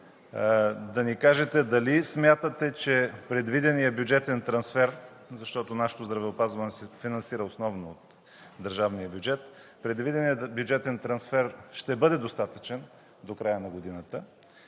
да ни кажете дали смятате, че предвиденият бюджетен трансфер, защото нашето здравеопазване се финансира основно от държавния бюджет, ще бъде достатъчен до края на годината?